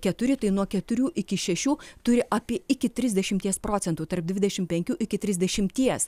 keturi tai nuo keturių iki šešių turi apie iki trisdešimties procentų tarp dvidešim penkių iki trisdešimties